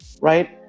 right